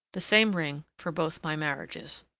the same ring for both my marriages.